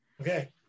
Okay